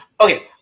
Okay